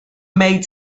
made